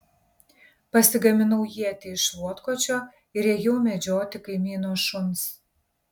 pasigaminau ietį iš šluotkočio ir ėjau medžioti kaimyno šuns